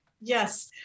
Yes